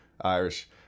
irish